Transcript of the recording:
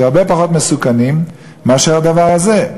והרבה פחות מסוכנים מהדבר הזה.